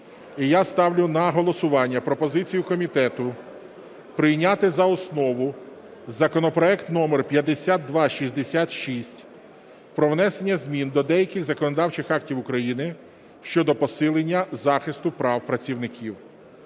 І я ставлю на голосування пропозицію комітету прийняти за основу законопроект номер 5266 про внесення змін до деяких законодавчих актів України щодо посилення захисту прав працівників.